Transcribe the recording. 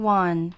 one